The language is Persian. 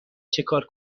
چیکار